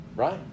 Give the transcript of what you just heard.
Right